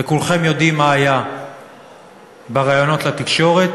וכולכם יודעים מה היה בראיונות לתקשורת